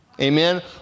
Amen